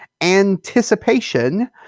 anticipation